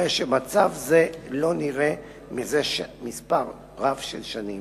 הרי שמצב זה לא נראה זה מספר רב של שנים.